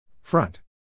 Front